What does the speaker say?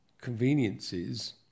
conveniences